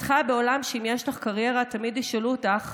את חיה בעולם שבו אם יש לך קריירה תמיד ישאלו אותך: